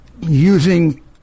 using